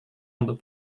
untuk